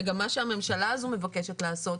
וגם מה שהממשלה הזו מבקשת לעשות,